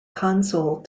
console